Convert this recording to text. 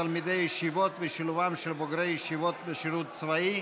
תלמידי ישיבות ושילובם של בוגרי ישיבות בשירות צבאי,